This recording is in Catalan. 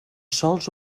sols